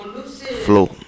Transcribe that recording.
Flow